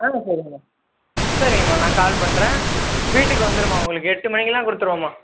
ஆ சரிங்கம்மா சரிங்கம்மா நான் கால் பண்ணுறேன் வீட்டுக்கு வந்துடும்மா உங்களுக்கு எட்டு மணிக்கெலாம் கொடுத்துருவோம்மா